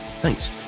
thanks